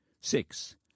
Six